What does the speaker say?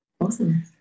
awesome